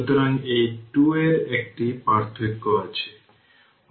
সুতরাং এই 2 এর একটি পার্থক্য আছে